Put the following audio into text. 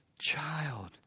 child